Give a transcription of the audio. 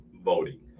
voting